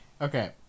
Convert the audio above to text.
Okay